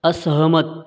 असहमत